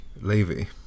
Levy